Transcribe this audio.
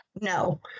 no